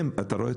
אתה רואה?